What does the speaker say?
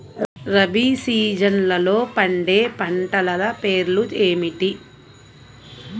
రబీ సీజన్లో పండే పంటల పేర్లు ఏమిటి?